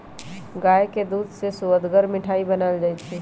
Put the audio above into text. गाय के दूध से सुअदगर मिठाइ बनाएल जाइ छइ